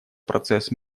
процесс